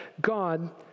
God